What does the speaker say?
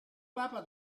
papa